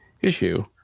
issue